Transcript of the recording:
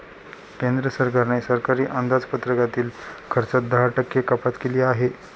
केंद्र सरकारने सरकारी अंदाजपत्रकातील खर्चात दहा टक्के कपात केली आहे